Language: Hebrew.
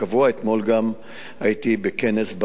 אתמול גם הייתי בכנס בערב,